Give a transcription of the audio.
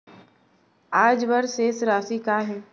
आज बर शेष राशि का हे?